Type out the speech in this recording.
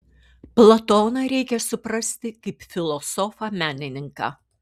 platoną reikia suprasti kaip filosofą menininką